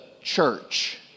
church